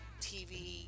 tv